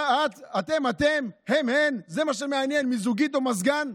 "אתם/אתן", "הם/הן", "מיזוגית" או "מזגן".